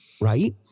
right